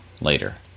later